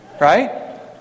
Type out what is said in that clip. right